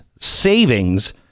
savings